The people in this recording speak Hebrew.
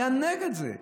הוא היה נגד זה.